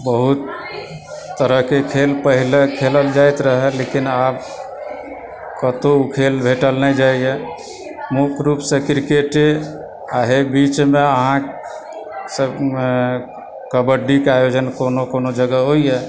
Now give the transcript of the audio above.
बहुत तरहकेँ खेल पहिले खेलल जाइत रहय लेकिन आब कतहुँ ओ खेल भेटल नहि जाइए मुख्य रुपसँ क्रिकेटे आ एहि बीचमे अहाँकेँ कबड्डीके आयोजन कोनो कोनो जगह होइए